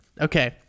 okay